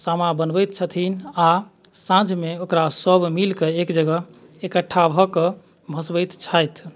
सामा बनबैत छथिन आ साँझमे ओकरा सभ मिलि कऽ एक जगह इकठ्ठा भऽ कऽ भँसबैत छथि